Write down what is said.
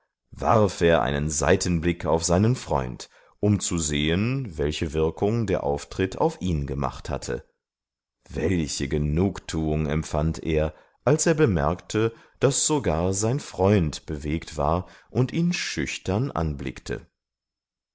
warf er einen seitenblick auf seinen freund um zu sehen welche wirkung der auftritt auf ihn gemacht hatte welche genugtuung empfand er als er bemerkte daß sogar sein freund bewegt war und ihn schüchtern anblickte